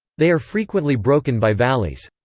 they are frequently broken by valleys.